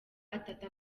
atatu